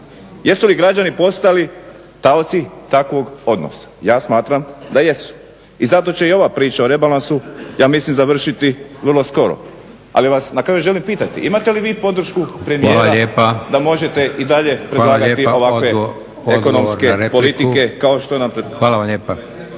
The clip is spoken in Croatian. Jesu li građani postali taoci takvog odnosa? Ja smatram da jesu i zato će i ova priča o rebalansu ja mislim završiti vrlo skoro. Ali vas na kraju želim pitati, imate li vi podršku premijera da možete i dalje predlagati ovakve ekonomske politike kao što je ovaj